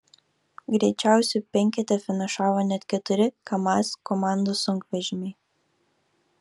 greičiausių penkete finišavo net keturi kamaz komandos sunkvežimiai